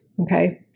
Okay